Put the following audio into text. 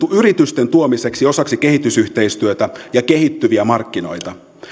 yritysten tuomiseksi osaksi kehitysyhteistyötä ja kehittyviä markkinoita